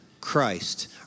Christ